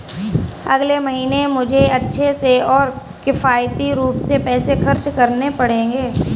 अगले महीने मुझे अच्छे से और किफायती रूप में पैसे खर्च करने पड़ेंगे